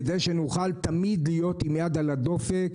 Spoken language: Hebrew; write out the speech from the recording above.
כדי שנוכל תמיד להיות עם יד על הדופק,